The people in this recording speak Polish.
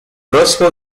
rosło